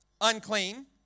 unclean